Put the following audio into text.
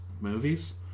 movies